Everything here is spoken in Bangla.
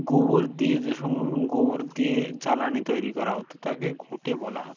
গোবর দিয়ে যেস গোবর দিয়ে জ্বালানি তৈরি করা হতো তাকে ঘুঁটে বলা হতো